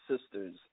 sisters